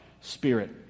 spirit